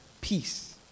peace